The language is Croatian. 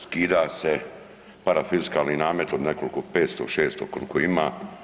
Skida se parafiskalni namet od nekoliko 500, 600 koliko ima.